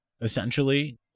essentially